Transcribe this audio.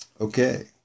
Okay